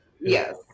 yes